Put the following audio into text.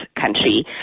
country